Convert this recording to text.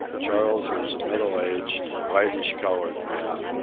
charles was a middle-aged, lightish-colored man,